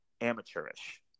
amateurish